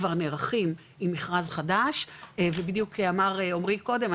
כבר נערכים עם מכרז חדש ובדיוק אמר עומרי קודם,